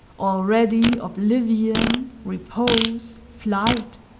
already, oblivion, repose, flight,